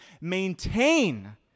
maintain